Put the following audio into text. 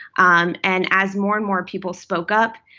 um and as more and more people spoke up,